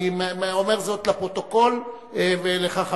אני אומר זאת לפרוטוקול ולך,